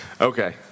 Okay